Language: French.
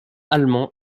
allemand